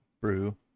brew